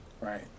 right